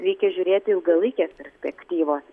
reikia žiūrėti ilgalaikės perspektyvos